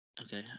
Okay